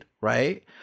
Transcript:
right